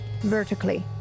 vertically